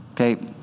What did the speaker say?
Okay